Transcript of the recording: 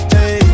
Hey